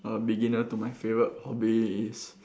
a beginner to my favourite hobby is